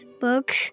books